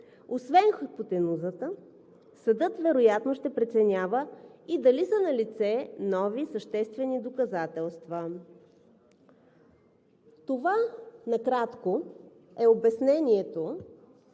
освен хипотенузата, съдът вероятно ще преценява и дали са налице нови съществени доказателства. Това накратко е обяснението